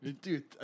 Dude